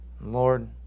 Lord